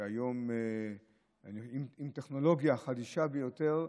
עם טכנולוגיה חדישה ביותר,